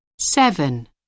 Seven